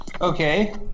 Okay